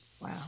Wow